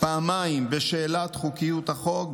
פעמיים בשאלת חוקיות החוק.